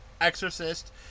Exorcist